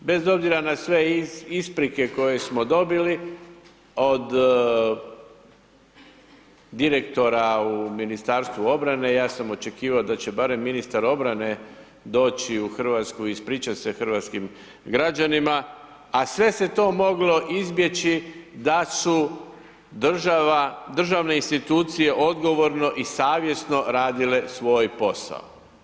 Bez obzira na sve isprike koje smo dobili od direktora u Ministarstvu obrane, ja sam očekivao da će barem ministar obrane doći u Hrvatsku i ispričati se hrvatskim građanima, a sve se je to moglo izbjeći da su država, državne insinuacije odgovorno i savjesno radile svoj posao.